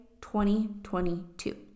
2022